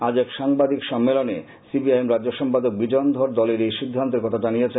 আজ এক সাংবাদিক সম্মেলনে সি পি আই এম রাজ্য সম্পাদক বিজন ধর দলের এই সিদ্বান্তের কথা জানিয়েছেন